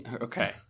Okay